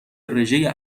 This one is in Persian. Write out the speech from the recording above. رژه